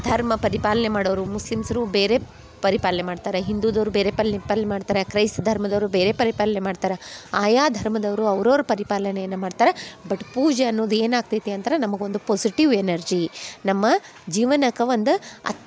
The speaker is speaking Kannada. ಧರ್ಮ ಪರಿಪಾಲನೆ ಮಾಡೋವ್ರು ಮುಸ್ಲಿಮ್ಸರು ಬೇರೆ ಪರಿಪಾಲನೆ ಮಾಡ್ತಾರೆ ಹಿಂದುದವರು ಬೇರೆ ಪಲ್ಲಿ ಪಲ್ ಮಾಡ್ತಾರೆ ಕ್ರೈಸ್ ಧರ್ಮದವರು ಬೇರೆ ಪರಿಪಾಲನೆ ಮಾಡ್ತಾರ ಆಯಾ ಧರ್ಮದವರು ಅವ್ರವ್ರ ಪರಿಪಾಲನೆಯನ್ನು ಮಾಡ್ತಾರೆ ಬಟ್ ಪೂಜೆ ಅನ್ನುದು ಏನು ಆಗ್ತೈತಿ ಅಂದ್ರೆ ನಮಗೊಂದು ಪೊಝಿಟಿವ್ ಎನರ್ಜಿ ನಮ್ಮ ಜೀವನಕ್ಕೆ ಒಂದು ಅತ್